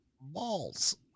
balls